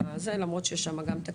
למרות שגם שם יש תקלות.